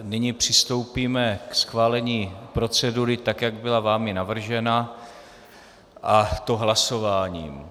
Nyní přistoupíme ke schválení procedury, tak jak byla vámi navržena, a to hlasováním.